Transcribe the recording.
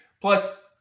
Plus